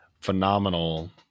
Phenomenal